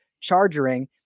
charging